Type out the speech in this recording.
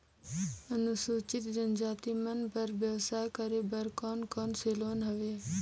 अनुसूचित जनजाति मन बर व्यवसाय करे बर कौन कौन से लोन हवे?